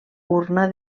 urna